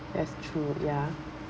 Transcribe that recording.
that's true ya